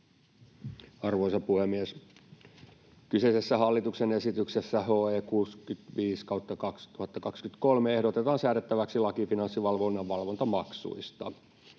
Arvoisa puhemies! Kyseisessä hallituksen esityksessä HE 65/2023 ehdotetaan säädettäväksi laki Finanssivalvonnan valvontamaksuista.